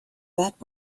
that